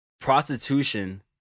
prostitution